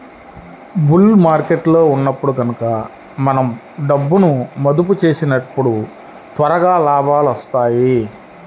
bull మార్కెట్టులో ఉన్నప్పుడు గనక మనం డబ్బును మదుపు చేసినప్పుడు త్వరగా లాభాలొత్తాయి